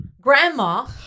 grandma